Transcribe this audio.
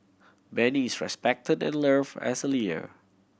Benny is respected and loved as a